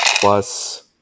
plus